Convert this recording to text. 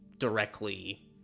Directly